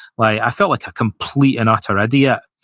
like i felt like a complete and utter idiot.